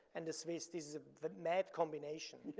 and the swiss, this is mad combination.